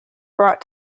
brought